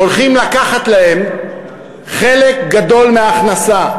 הולכים לקחת להם חלק גדול מההכנסה.